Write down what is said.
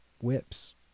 whips